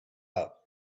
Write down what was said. out